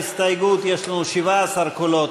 באסל גטאס ועבדאללה אבו מערוף,